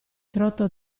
trotto